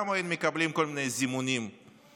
גם היינו מקבלים כל מיני זימונים למשטרה.